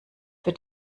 für